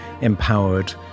empowered